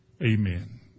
Amen